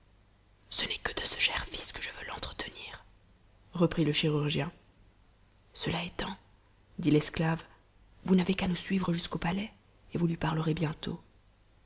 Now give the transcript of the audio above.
ce n'est que de ce cher fils que je veux l'entretenir reprit e chirurgien cela étant dit l'esclave vous n'avez qu'a nous suivre jusqu'au palais et vous lui parlerez bientôt